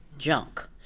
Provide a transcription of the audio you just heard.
junk